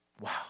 Wow